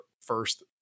first